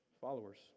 followers